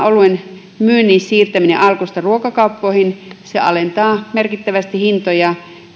oluen myynnin siirtäminen alkosta ruokakauppoihin alentaa merkittävästi hintoja